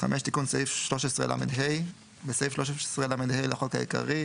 תיקון סעיף 13לה 5. בסעיף 13לה לחוק העיקרי,